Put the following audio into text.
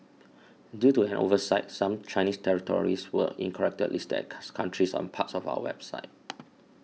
due to an oversight some Chinese territories were incorrectly listed cuts countries on parts of our website